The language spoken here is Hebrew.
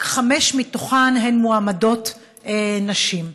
רק חמש מתוכם הן מועמדות, נשים.